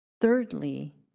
thirdly